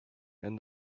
and